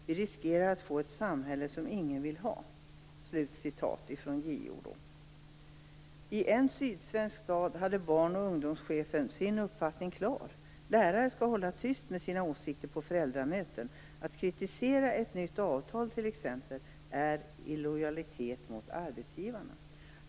Vi riskerar att få ett samhälle som ingen vill ha. I en sydsvensk stad hade barn och ungdomschefen sin uppfattning klar: Lärare skall hålla tyst med sina åsikter på föräldramöten. Att t.ex. kritisera ett nytt avtal är illojalitet mot arbetsgivaren.